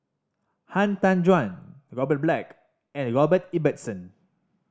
Han Tan Juan Robert Black and Robert Ibbetson